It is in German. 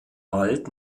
bald